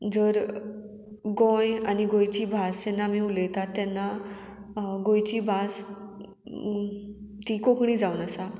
जर गोंय आनी गोंयची भास जेन्ना आमी उलयता तेन्ना गोंयची भास ती कोंकणी जावन आसा